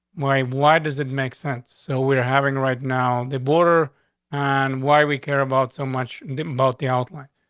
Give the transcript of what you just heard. why? why does it make sense? so we're having right now the border and why we care about so much about the outline.